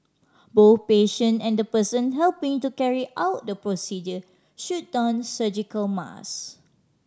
both patient and the person helping to carry out the procedure should don surgical masks